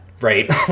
right